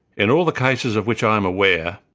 in all the cases of which i'm aware,